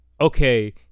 okay